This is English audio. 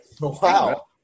wow